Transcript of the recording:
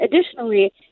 Additionally